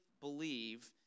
believe